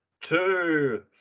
two